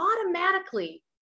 automatically